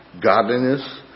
godliness